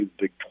Big